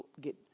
get